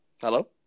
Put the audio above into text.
Hello